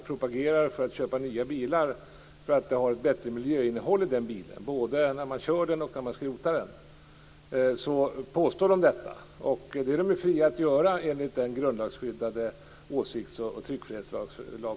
Varför gör då Konsumentombudsmannen inte samma bedömning?